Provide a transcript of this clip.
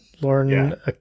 Lauren